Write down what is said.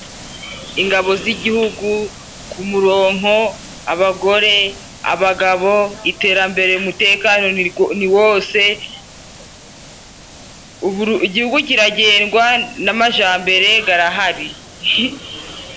Ingabo z'Igihugu ku muronko, abagore, abagabo, iterambere, umutekano ni wose, Igihugu kiragendwa n'amajambere garahari.